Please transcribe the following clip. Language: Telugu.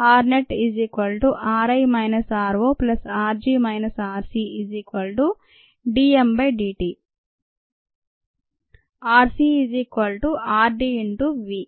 rnetri rorg rcddt rcrdV